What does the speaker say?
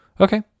okay